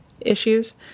issues